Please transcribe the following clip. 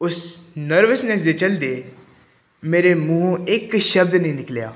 ਉਸ ਨਰਵਸਨੈਸ ਦੇ ਚਲਦੇ ਮੇਰੇ ਮੂੰਹੋਂ ਇੱਕ ਸ਼ਬਦ ਨਹੀਂ ਨਿਕਲਿਆ